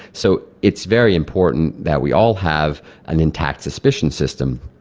so it's very important that we all have an intact suspicion system.